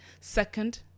Second